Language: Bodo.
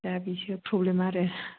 दा बिसो प्रब्लेमा आरो